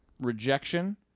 rejection